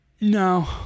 No